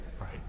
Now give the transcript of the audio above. right